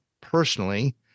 personally